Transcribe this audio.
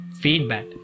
feedback